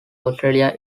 australia